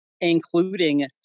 including